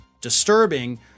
disturbing